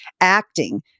acting